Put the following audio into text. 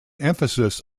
emphasis